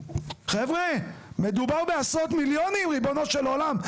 חבר'ה, מדובר בעשרות מיליונים, ריבונו של עולם.